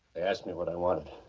asked me what i want,